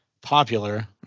popular